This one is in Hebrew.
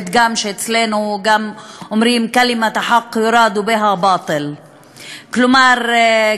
פתגם שאומרים אצלנו: (אומרת בערבית ומתרגמת:) כלומר,